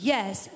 Yes